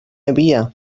havia